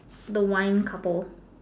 the wine couple